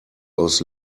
aus